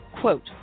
Quote